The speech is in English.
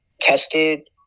tested